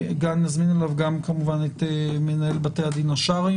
נזמין אליו גם כמובן את מנהל בתי הדין השרעיים